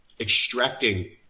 Extracting